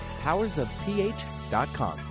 powersofph.com